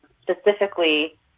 Specifically